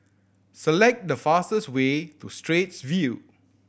select the fastest way to Straits View